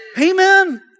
Amen